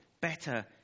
better